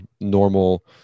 normal